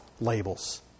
labels